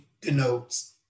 denotes